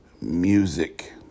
music